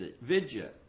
vidya